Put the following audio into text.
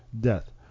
death